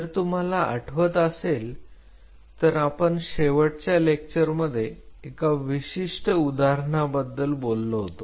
जर तुम्हाला आठवत असेल तर आपण शेवटच्या लेक्चरमध्ये एका विशिष्ट उदाहरणाबद्दल बोललो होतो